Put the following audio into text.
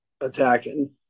attacking